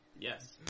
Yes